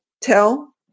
tell